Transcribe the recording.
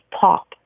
pop